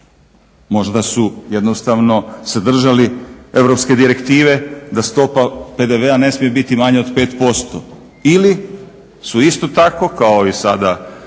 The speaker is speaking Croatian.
Možda su jednostavno se držali europske direktive da stopa PDV-a ne smije biti manja od 5% ili su isto tako kao i sada